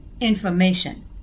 information